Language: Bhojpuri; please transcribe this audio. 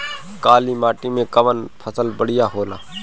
काली माटी मै कवन फसल बढ़िया होला?